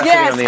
Yes